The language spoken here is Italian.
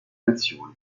nazioni